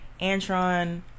Antron